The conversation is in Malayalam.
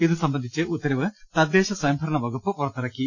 ഇതു സംബന്ധിച്ച് ഉത്തരവ് തദ്ദേശ സ്വയംഭരണ വകുപ്പ് പുറത്തിറക്കി